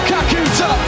Kakuta